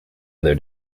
other